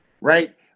right